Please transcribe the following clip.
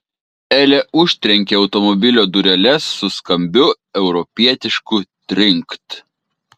elė užtrenkė automobilio dureles su skambiu europietišku trinkt